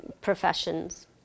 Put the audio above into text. professions